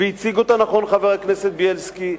והציג אותה נכון חבר הכנסת בילסקי,